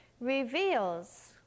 reveals